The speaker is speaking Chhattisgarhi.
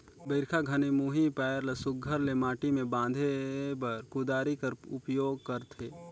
बरिखा घनी मुही पाएर ल सुग्घर ले माटी मे बांधे बर कुदारी कर उपियोग करथे